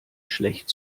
schlecht